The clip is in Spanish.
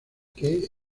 que